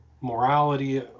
morality